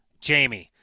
Jamie